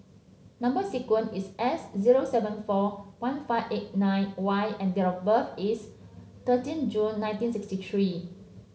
number sequence is S zero seven four one five eight nine Y and date of birth is thirteen June nineteen sixty three